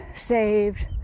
saved